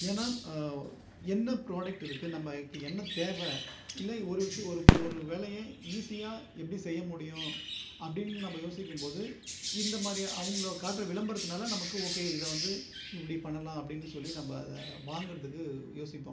ஏன்னால் என்ன ப்ராடக்ட் இருக்குது நம்மளுக்கு என்ன தேவை இல்லை ஒரு விஷயம் ஒரு ஒரு வேலையை ஈஸியாக எப்படி செய்ய முடியும் அப்படின்னு நம்ம யோசிக்கும் போது இந்த மாதிரி அவங்க காட்டுகிற விளம்பரத்துனால் நமக்கு ஓகே இதை வந்து இப்படி பண்ணலாம் அப்படின்னு சொல்லி நம்ம வாங்கிறதுக்கு யோசிப்போம்